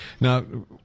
Now